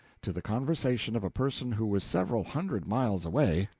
to the conversation of a person who was several hundred miles away,